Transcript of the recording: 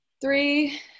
three